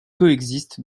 coexistent